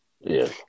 Yes